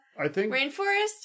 rainforest